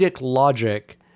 logic